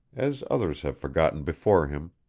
as others have forgotten before him,